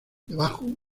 debajo